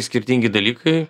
skirtingi dalykai